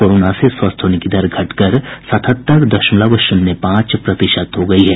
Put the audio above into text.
corona से स्वस्थ होने की दर घटक सतहत्तर दशमलव शून्य पांच प्रतिशत हो गयी है